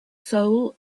soul